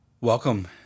welcome